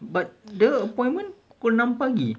but the appointment pukul enam pagi